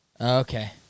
Okay